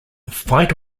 fight